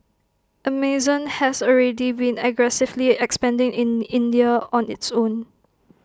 Amazon has already been aggressively expanding in India on its own